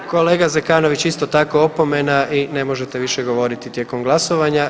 Kolega Zekanović, isto tako opomena i ne možete više govoriti tijekom glasovanja.